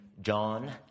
John